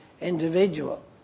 individual